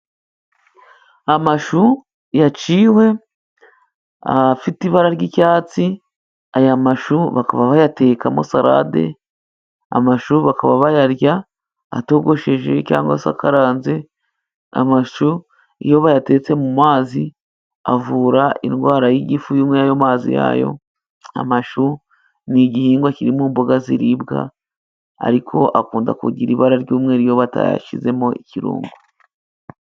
Amashu yaciwe, afite ibara ry'icyatsi, aya mashu bakaba bayatekamo sarade, amashu bakaba bayarya atogosheje cyangwa se akaranze, amashu iyo bayatetse mu mazi avura indwara y'igifu, nk'ayo mazi yayo, amashu ni igihingwa kirimo mboga ziribwa, ariko akunda kugira ibara ry'umweru batayashyizemo ikirungo.